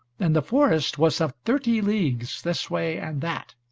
and the forest was of thirty leagues this way and that.